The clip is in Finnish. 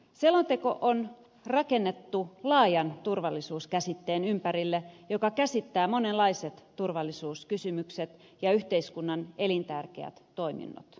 selonteko on rakennettu laajan turvallisuuskäsitteen ympärille joka käsittää monenlaiset turvallisuuskysymykset ja yhteiskunnan elintärkeät toiminnot